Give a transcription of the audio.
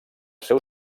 seu